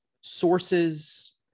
sources